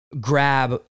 grab